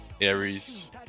Aries